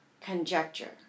conjecture